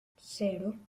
cero